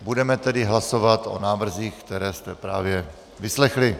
Budeme tedy hlasovat o návrzích, které jste právě vyslechli.